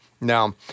Now